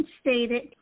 stated